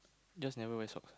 just never wear socks